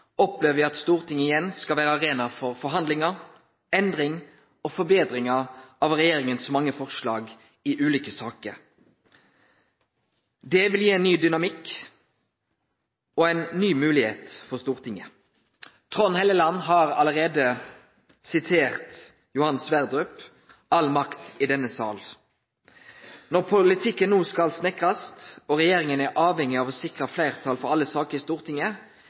opplever me at Stortinget igjen skal vere arena for forhandlingar, endring og forbetringar av regjeringas mange forslag i ulike saker. Det vil gi ein ny dynamikk og ein ny moglegheit for Stortinget. Trond Helleland har allereie sitert Johan Sverdrup – «all makt i denne sal». Når ein no skal snekre politikken og regjeringa er avhengig av å sikre fleirtal for alle saker i Stortinget,